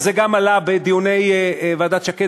וגם זה עלה בדיוני ועדת שקד,